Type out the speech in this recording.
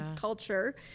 culture